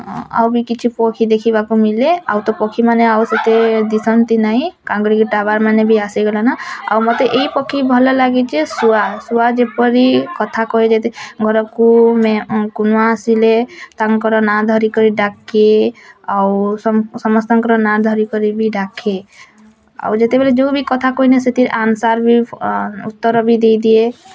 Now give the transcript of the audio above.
ଆଉ ବି କିଛି ପକ୍ଷୀ ଦେଖିବାକୁ ମିଳେ ଆଉ ତ ପକ୍ଷୀମାନେ ଆଉ ସେତେ ଦିଶନ୍ତି ନାହିଁ ଟାୱାର ମାନେ ସବୁ ଆସିଗଲା ନା ଆଉ ମୋତେ ଏଇ ପକ୍ଷୀ ଭଲଲାଗେ ଯେ ଶୁଆ ଶୁଆ ଯେପରି କଥା କହେ ଯେ ଘରକୁ ନ ଆସିଲେ ତାଙ୍କର ନାଁ ଧରିକରି ଡାକେ ଆଉ ସମସ୍ତଙ୍କର ନାଁ ଧରିକରି ବି ଡାକେ ଆଉ ଯେତେବେଳେ ଯେଉଁ ବି କଥା କହିନେ ସେଠି ଆନସର୍ ବି ଉତ୍ତର ବି ଦେଇଦିଏ